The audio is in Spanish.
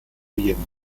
huyendo